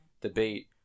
debate